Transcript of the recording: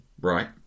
right